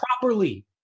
properly